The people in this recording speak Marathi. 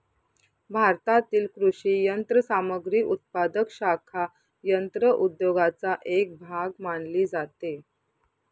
भारतातील कृषी यंत्रसामग्री उत्पादक शाखा यंत्र उद्योगाचा एक भाग मानली जाते